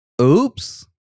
Oops